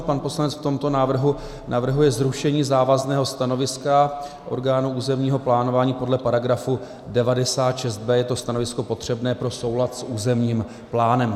Pan poslanec v tomto návrhu navrhuje zrušení závazného stanoviska orgánů územního plánování podle § 96b, je to stanovisko potřebné pro souhlas s územním plánem.